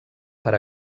per